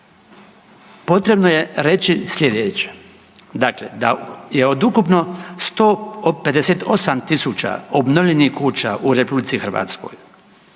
potrebno je reći sljedeće, dakle da je od ukupno 158 tisuća obnovljenih kuća u Republici Hrvatskoj